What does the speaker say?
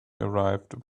arrived